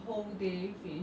is still 一千万块